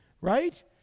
right